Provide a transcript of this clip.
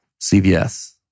CVS